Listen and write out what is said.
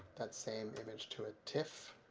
that same image to ah tiff.